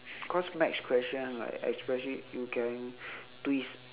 cause maths question like especially you can twist